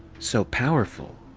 so powerful.